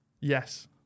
Yes